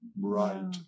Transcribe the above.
Right